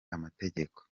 amategeko